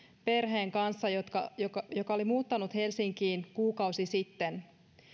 perheen kanssa joka joka oli muuttanut helsinkiin kuukausi sitten